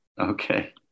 Okay